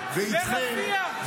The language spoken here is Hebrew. -- באמצעות ועדת חקירה ממלכתית,